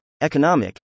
economic